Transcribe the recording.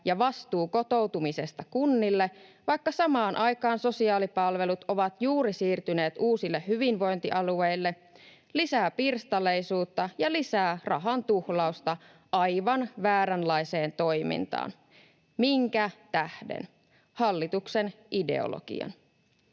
ja vastuu kotoutumisesta kunnille, vaikka samaan aikaan sosiaalipalvelut ovat juuri siirtyneet uusille hyvinvointialueille, lisää pirstaleisuutta ja lisää rahan tuhlausta aivan vääränlaiseen toimintaan. Minkä tähden? Hallituksen ideologian.